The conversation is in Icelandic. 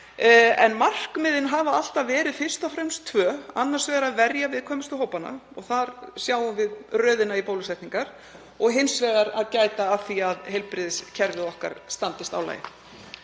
En markmiðin hafa alltaf verið fyrst og fremst tvö, annars vegar að verja viðkvæmustu hópana, og þar sjáum við röðina í bólusetningar, og hins vegar að gæta að því að heilbrigðiskerfið okkar standist álagið.